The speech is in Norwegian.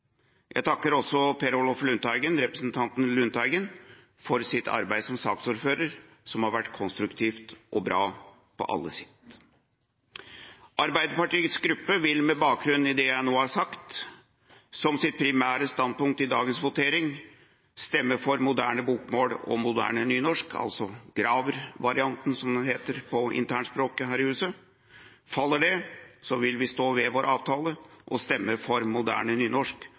Jeg takker også representanten Per Olaf Lundteigen for hans arbeid som saksordfører, som har vært konstruktivt og bra på alle sett. Arbeiderpartiets gruppe vil med bakgrunn i det jeg nå har sagt, som sitt primære standpunkt i dagens votering stemme for moderne bokmål og moderne nynorsk, altså Graver-varianten som det heter på internspråket her i huset. Faller det, vil vi stå ved vår avtale og stemme for moderne nynorsk